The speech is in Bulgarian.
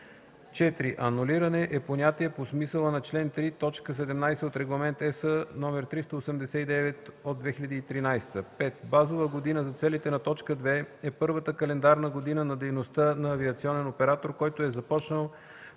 4. „Анулиране” e понятие по смисъла на чл. 3, т. 17 от Регламент (ЕС) № 389/2013. 5. „Базова година” за целите на т. 2 е първата календарна година на дейността на авиационен оператор, който е започнал